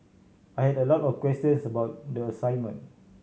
I had a lot of questions about the assignment